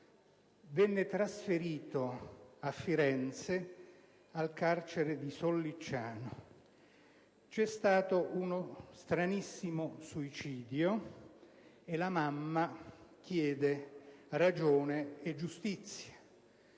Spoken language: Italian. venne trasferito a Firenze, nel carcere di Sollicciano. Si è trattato di uno stranissimo suicidio, e la mamma chiede ragione e giustizia.